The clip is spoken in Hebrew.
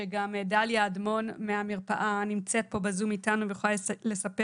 שגם דליה אדמון מהמרפאה נמצאת פה בזום איתנו ויכולה לספר